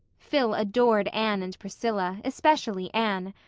phil adored anne and priscilla, especially anne.